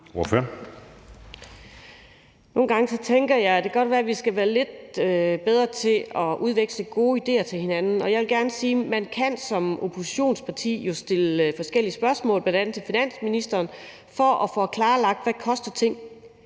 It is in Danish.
godt kan være, vi skal være lidt bedre til at udveksle gode idéer med hinanden. Og jeg vil gerne sige: Man kan som oppositionsparti jo stille forskellige spørgsmål, bl.a. til finansministeren, for at få klarlagt, hvad ting koster.